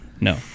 No